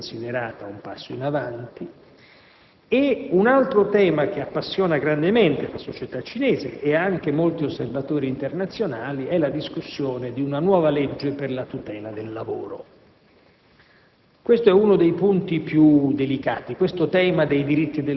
tuttavia una misura di questo tipo deve essere considerata un passo avanti. Un altro tema che appassiona grandemente la società cinese e anche molti osservatori internazionali è la discussione di una nuova legge per la tutela del lavoro.